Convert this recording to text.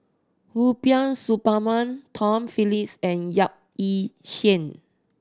Rubiah Suparman Tom Phillips and Yap Ee Chian